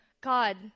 God